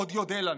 עוד יודו לנו.